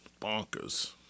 bonkers